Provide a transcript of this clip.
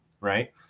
right